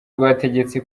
rwategetse